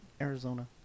Arizona